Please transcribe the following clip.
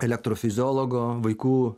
elektrofiziologo vaikų